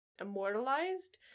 immortalized